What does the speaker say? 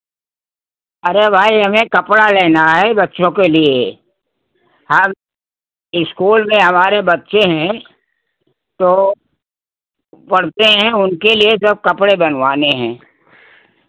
अरे भाई हमें कपड़ा लेना है बच्चों के लिए हम इस्कूल में हमारे बच्चे हैं तो पढ़ते हैं उनके लिए सब कपड़े बनवाने हैं